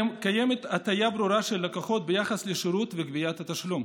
קיימת הטעיה ברורה של לקוחות ביחס לשירות וגביית התשלום.